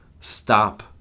stop